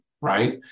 Right